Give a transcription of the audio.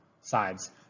sides